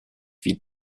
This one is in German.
wie